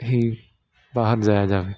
ਹੀ ਬਾਹਰ ਜਾਇਆ ਜਾਵੇ